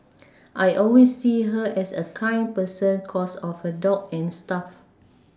I always see her as a kind person cos of her dog and stuff